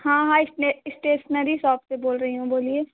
हाँ हाँ stationery shop से बोल रही हूँ बोलिए